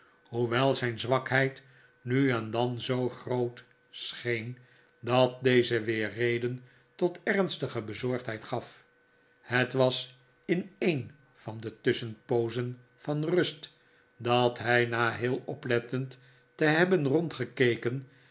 hoewel zijn zwakheid nu en dan zoo groot scheen dat deze weer reden tot ernstige bezorgdheid gaf het was in een van de tusschenpoozen van rust dat hij na heel oplettend te hebben